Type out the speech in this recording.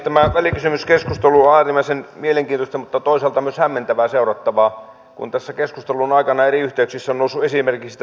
tämä välikysymyskeskustelu on äärimmäisen mielenkiintoista mutta toisaalta myös hämmentävää seurattavaa kun tässä keskustelun aikana eri yhteyksissä on noussut esimerkiksi tämä autovero